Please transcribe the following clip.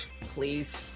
please